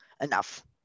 enough